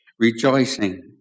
Rejoicing